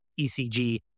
ECG